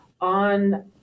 on